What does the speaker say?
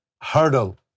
hurdle